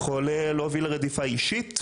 שיכול להוביל לרדיפה אישית,